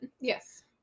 Yes